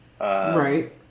Right